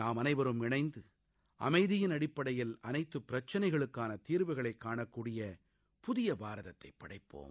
நாம் அனைவரும் இணைந்து அமைதியின் அடிப்படையில் அனைத்து பிரச்சினைகளுக்கான தீர்வு காணக்கூடிய புதிய பாரதத்தை படைப்போம்